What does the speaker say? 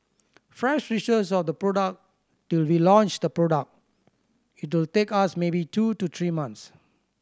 from research of the product till we launch the product it will take us maybe two to three months